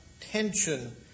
tension